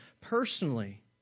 personally